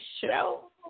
Show